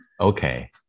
okay